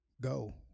go